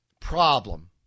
Problem